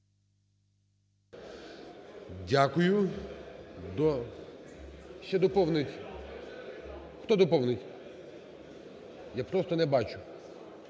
Дякую. Ще доповнить… Хто доповнить? Я просто не бачу.